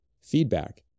feedback